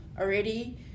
already